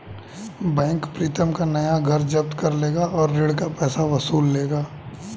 bank Pritam का नया घर जब्त कर लेगा और ऋण का पैसा वसूल लेगा